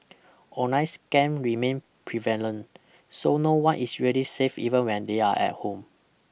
online scam remain prevalent so no one is really safe even when they're at home